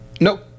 Nope